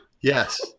Yes